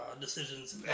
decisions